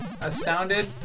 astounded